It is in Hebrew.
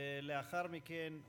לאחר מכן,